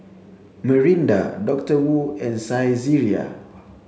Mirinda Doctor Wu and Saizeriya